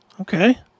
Okay